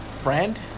friend